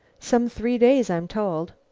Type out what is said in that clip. some three days, i'm told.